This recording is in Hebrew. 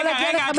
מה קורה היום?